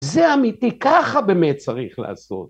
זה אמיתי, ככה באמת צריך לעשות.